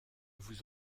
vous